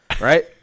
right